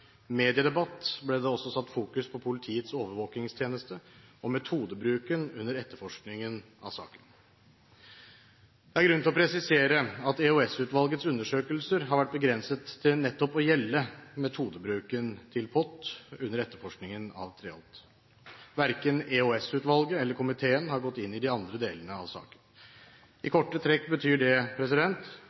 mediedebatt ble det også satt fokus på Politiets overvåkingstjeneste og metodebruken under etterforskningen av saken. Det er grunn til å presisere at EOS-utvalgets undersøkelser har vært begrenset til nettopp å gjelde metodebruken til POT under etterforskningen av Treholt. Verken EOS-utvalget eller komiteen har gått inn i de andre delene av saken. I korte trekk betyr det